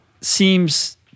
seems